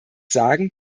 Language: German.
sagen